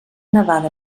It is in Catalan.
nevada